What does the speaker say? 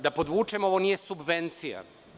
Da podvučem, ovo nije subvencija.